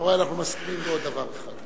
אתה רואה, אנחנו מסכימים בעוד דבר אחד.